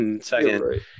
Second